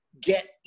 get